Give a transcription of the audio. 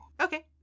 Okay